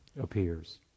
appears